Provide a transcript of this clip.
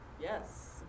Yes